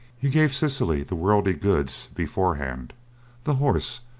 he gave cecily the worldly goods beforehand the horse,